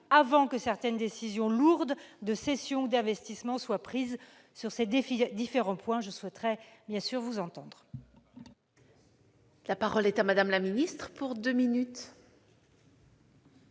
avant que certaines décisions lourdes de cession ou d'investissement ne soient prises. Sur ces différents points, je souhaiterais vous entendre.